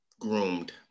groomed